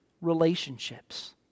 relationships